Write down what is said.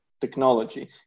technology